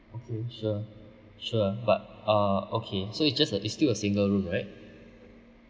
okay sure sure but uh okay so it's just a it's still a single room right